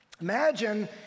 Imagine